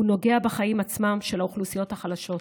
הוא נוגע בחיים עצמם של האוכלוסיות החלשות.